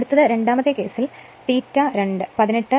അടുത്തത് രണ്ടാമത്തെ കേസിൽ ∅2 18